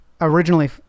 originally